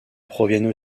proviennent